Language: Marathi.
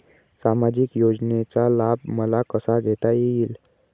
सामाजिक योजनेचा लाभ मला कसा घेता येईल?